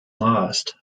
lost